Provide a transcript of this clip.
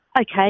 Okay